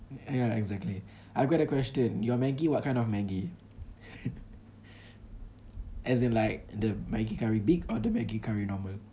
ya exactly I got a question your Maggi what kind of Maggi as in like the Maggi curry big or the Maggi curry normal